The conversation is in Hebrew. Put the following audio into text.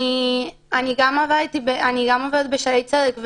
אני גם עובדת בשערי צדק,